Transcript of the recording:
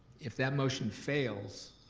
if that motion fails,